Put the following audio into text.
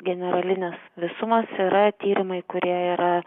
generalines visumas yra tyrimai kurie yra